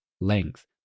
length